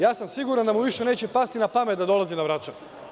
Ja sam siguran da mu više neće pasti na pamet da dolazi na Vračar.